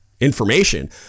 information